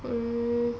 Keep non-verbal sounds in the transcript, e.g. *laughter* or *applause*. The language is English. *noise*